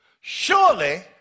Surely